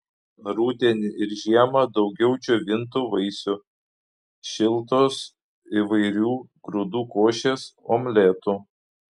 rudenį ir žiemą daugiau džiovintų vaisių šiltos įvairių grūdų košės omletų